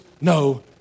no